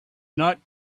not